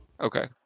Okay